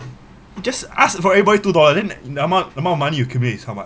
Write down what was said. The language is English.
just ask for everybody two dollar then the amount amount of money you accumulate is how much